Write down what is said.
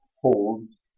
holds